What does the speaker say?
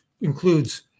includes